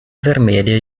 vermelha